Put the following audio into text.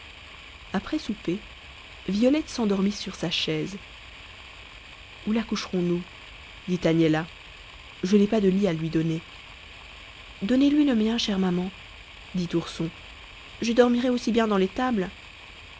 après souper violette s'endormit sur sa chaise où la coucherons nous dit agnella je n'ai pas de lit à lui donner donnez-lui le mien chère maman dit ourson je dormirai aussi bien dans